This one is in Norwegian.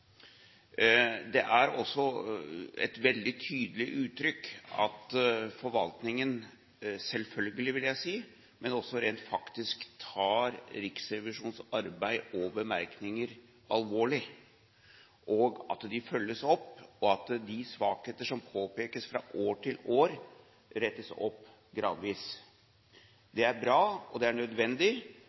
Det er også et veldig tydelig uttrykk at forvaltningen – selvfølgelig, vil jeg si, men også rent faktisk – tar Riksrevisjonens arbeid og bemerkninger alvorlig, at de følges opp, og at de svakheter som påpekes fra år til år, gradvis rettes opp. Det er bra, og det er nødvendig,